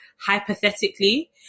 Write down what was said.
hypothetically